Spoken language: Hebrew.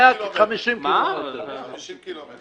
50 ק"מ.